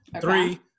Three